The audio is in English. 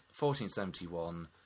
1471